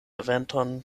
eventon